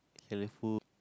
food